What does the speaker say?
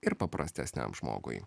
ir paprastesniam žmogui